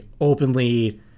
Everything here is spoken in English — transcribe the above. openly